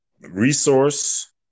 resource